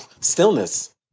Stillness